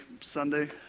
Sunday